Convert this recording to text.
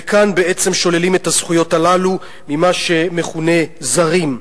וכאן בעצם שוללים את הזכויות הללו ממה שמכונה זרים.